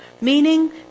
meaning